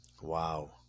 Wow